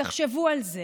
תחשבו על זה,